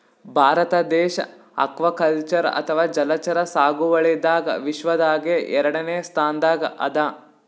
ಭಾರತ ದೇಶ್ ಅಕ್ವಾಕಲ್ಚರ್ ಅಥವಾ ಜಲಚರ ಸಾಗುವಳಿದಾಗ್ ವಿಶ್ವದಾಗೆ ಎರಡನೇ ಸ್ತಾನ್ದಾಗ್ ಅದಾ